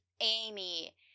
amy